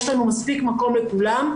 יש לנו מספיק מקום לכולם.